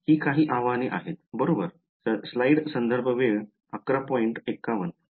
तर ही काही आव्हाने आहेत बरोबर